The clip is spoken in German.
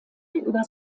über